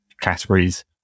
categories